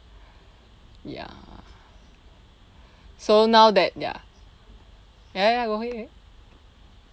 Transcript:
ya so now that ya ya ya ya go ahead